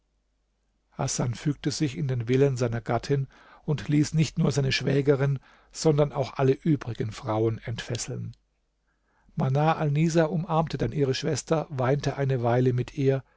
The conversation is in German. hasan fügte sich in den willen seiner gattin und ließ nicht nur seine schwägerin sondern auch alle übrigen frauen entfesseln manar alnisa umarmte dann ihre schwester weinte eine weile mit ihr